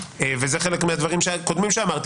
וזה חלק מהדברים הקודמים שאמרתי,